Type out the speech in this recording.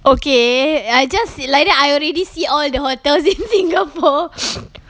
okay I just like then I already see all the hotels in singapore